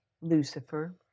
Lucifer